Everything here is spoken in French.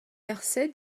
mercey